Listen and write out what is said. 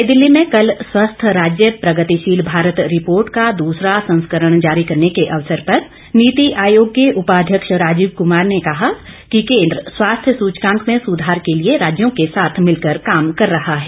नई दिल्ली में कल स्वस्थ राज्य प्रगतिशील भारत रिपोर्ट का दूसरा संस्करण जारी करने के अवसर पर नीति आयोग के उपाध्यक्ष राजीव कुमार ने कहा कि केंद्र स्वास्थ्य सूंचकाक में सुधार के लिए राज्यों के साथ मिलकर काम कर रहा है